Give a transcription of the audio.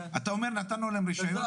אתה אומר נתנו להם רשיון,